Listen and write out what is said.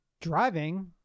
driving